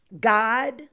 God